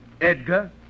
Edgar